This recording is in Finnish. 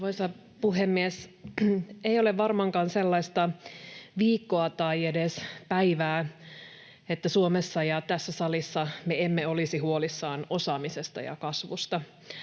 Arvoisa puhemies! Ei ole varmaankaan sellaista viikkoa tai edes päivää, että Suomessa ja tässä salissa me emme olisi huolissamme osaamisesta ja kasvusta.